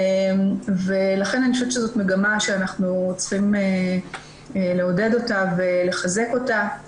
לכן אני חושבת שזאת מגמה שאנחנו צריכים לעודד אותה ולחזק אותה.